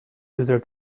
user